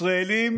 ישראלים